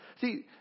See